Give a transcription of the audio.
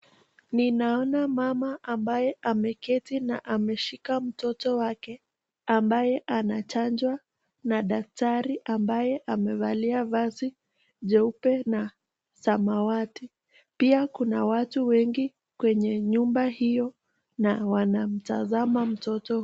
Ninaona mama ambaye ameketi na ameshika mtoto wake ambaye anachanjwa na daktari ambaye amevalia vazi jeupe na samawati. Pia kuna watu wengi kwenye nyumba hiyo na wanamtazama mtoto.